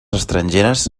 estrangeres